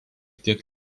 tiek